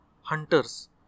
hunters